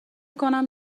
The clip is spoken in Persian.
کنم